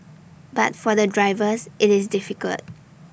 but for the drivers IT is difficult